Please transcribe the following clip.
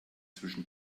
zwischen